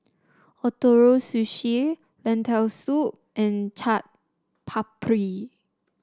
Ootoro Sushi Lentil Soup and Chaat Papri